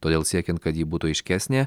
todėl siekiant kad ji būtų aiškesnė